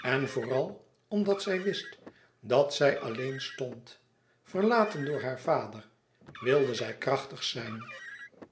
en vooral omdat zij wist dat zij alleen stond verlaten door haar vader wilde zij krachtig zijn